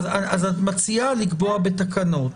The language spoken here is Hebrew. אז את מציעה לקבוע בתקנות.